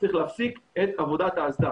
צריך להפסיק את עבודת האסדה.